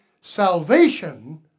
salvation